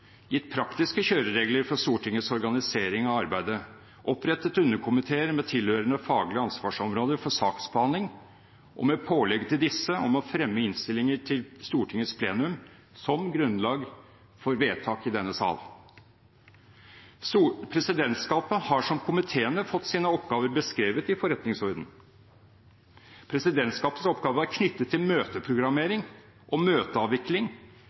gitt praktiske kjøreregler for Stortingets organisering av arbeidet, opprettet underkomiteer med tilhørende faglige ansvarsområder for saksbehandling, med pålegg til disse om å fremme innstillinger til Stortingets plenum som grunnlag for vedtak i denne sal. Presidentskapet har som komiteene fått sine oppgaver beskrevet i forretningsordenen. Presidentskapets oppgaver er knyttet til møteprogrammering og møteavvikling